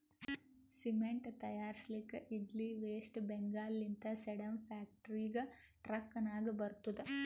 cement ತೈಯಾರ್ಸ್ಲಕ್ ಇದ್ಲಿ West Bengal ಲಿಂತ ಸೇಡಂ ಫ್ಯಾಕ್ಟರಿಗ ಟ್ರಕ್ ನಾಗೆ ಬರ್ತುದ್